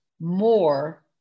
more